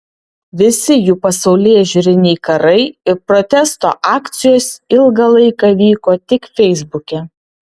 visi jų pasaulėžiūriniai karai ir protesto akcijos ilgą laiką vyko tik feisbuke